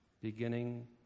beginning